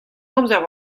amzer